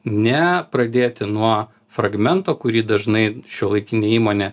ne pradėti nuo fragmento kurį dažnai šiuolaikinė įmonė